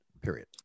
period